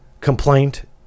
complaint